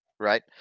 right